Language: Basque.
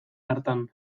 hartan